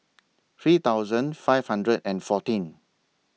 three thousand five hundred and fourteen